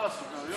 חברת הכנסת ורבין,